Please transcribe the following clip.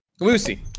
Lucy